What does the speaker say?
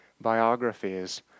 biographies